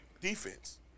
defense